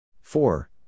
Four